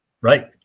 right